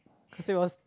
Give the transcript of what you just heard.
cause it was